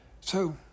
So